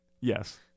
Yes